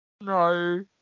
no